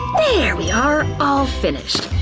there we are, all finished!